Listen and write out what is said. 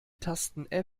tasten